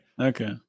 Okay